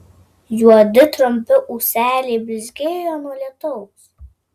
juodi trumpi ūseliai blizgėjo nuo lietaus